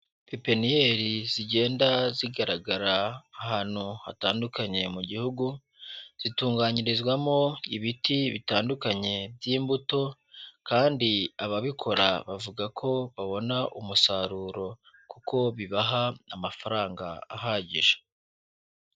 Epiniyeri zigenda zigaragara, ahantu hatandukanye mu gihugu. Zitunganyirizwamo ibiti bitandukanye by'imbuto, kandi ababikora bavuga ko babona umusaruro. Kuko bibaha amafaranga ahagije.